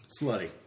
Slutty